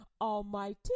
almighty